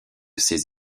ses